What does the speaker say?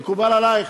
מקובל עלייך?